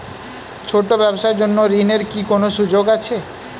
ছোট ব্যবসার জন্য ঋণ এর কি কোন সুযোগ আছে?